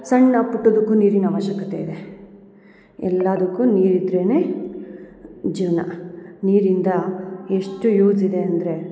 ಸಣ್ಣ ಪುಟ್ಟದಕ್ಕೂ ನೀರಿನ ಆವಶ್ಯಕತೆ ಇದೆ ಎಲ್ಲಾದಕ್ಕು ನೀರು ಇದ್ದರೇನೆ ಜೀವನ ನೀರಿಂದ ಎಷ್ಟು ಯೂಸ್ ಇದೆ ಅಂದರೆ